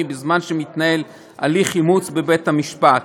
בזמן שמתנהל הליך אימוץ בבית-המשפט.